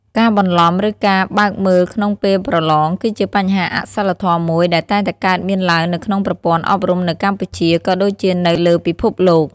ការបន្លំ ឬការបើកមើលក្នុងពេលប្រឡង គឺជាបញ្ហាអសីលធម៌មួយដែលតែងកើតមានឡើងនៅក្នុងប្រព័ន្ធអប់រំនៅកម្ពុជា ក៏ដូចជានៅលើពិភពលោក។